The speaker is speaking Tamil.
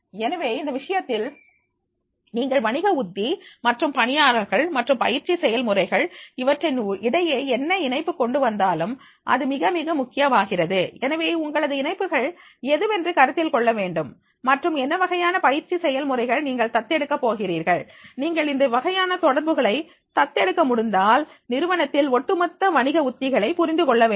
எனவே இந்த விஷயத்தில் நீங்கள் வணிக உத்தி மற்றும் பணியாளர்கள் மற்றும் பயிற்சி செயல்முறைகள் இவற்றின் இடையே என்ன இணைப்பு கொண்டு வந்தாலும் அது மிக மிக முக்கியமாகிறது எனவே உங்களது இணைப்புகள் எதுவென்று கருத்தில் கொள்ள வேண்டும் மற்றும் என்ன வகையான பயிற்சி செயல்முறைகள் நீங்கள் தத்தெடுக்க போகிறீர்கள் நீங்கள் இந்த வகையான தொடர்புகளை தத்தெடுக்க முடிந்தால் நிறுவனத்தில் ஒட்டுமொத்த வணிக உத்திகளைப் புரிந்து கொள்ள வேண்டும்